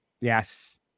Yes